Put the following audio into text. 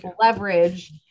leverage